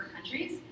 countries